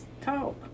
talk